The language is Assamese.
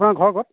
আপোনাৰ ঘৰ ক'ত